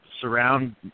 surround